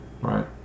right